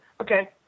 okay